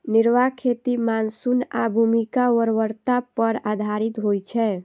निर्वाह खेती मानसून आ भूमिक उर्वरता पर आधारित होइ छै